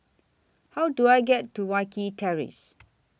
How Do I get to Wilkie Terrace